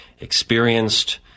Experienced